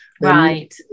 right